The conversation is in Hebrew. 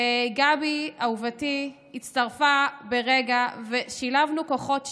וגבי, אהובתי, הצטרפה ברגע, ושילבנו כוחות שתינו,